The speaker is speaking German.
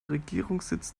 regierungssitz